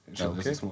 Okay